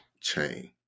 chain